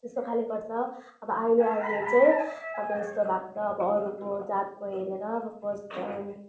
त्यस्तो खाले गर्छ अब अहिले अहिले चाहिँ अब यस्तो भएको छ अब अरूको जातको हेरेर अब फर्स्ट टाइम